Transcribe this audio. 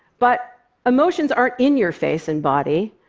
but emotions aren't in your face and body.